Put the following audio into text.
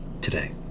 Today